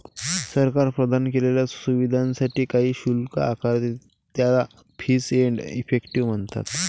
सरकार प्रदान केलेल्या सुविधांसाठी काही शुल्क आकारते, ज्याला फीस एंड इफेक्टिव म्हणतात